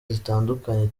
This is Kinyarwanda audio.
zitandukanye